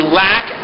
lack